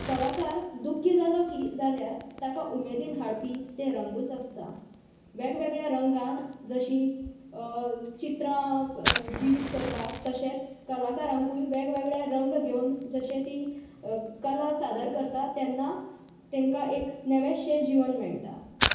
कलाकार दुखी जालो की जाल्यार ताका उमेदीन हाडपी ते रंगूच आसता वेगवेगळ्या रंगान जशीं चित्रां जिवीत करतात तशेंच कलाकारांकूय वेग वेगळे रंग घेवन जशें ती कला सादर करता तेन्ना तांकां एक नवेंशें जिवन मेळटा